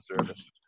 service